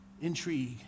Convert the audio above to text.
intrigue